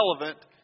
relevant